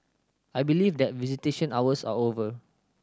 I believe that visitation hours are over